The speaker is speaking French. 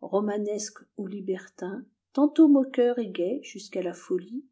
romanesque ou libertin tantôt moqueur et gai jusqu'à la folie